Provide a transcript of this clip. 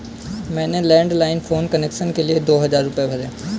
मैंने landline phone connection के लिए दो हजार रुपए भरे